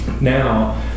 Now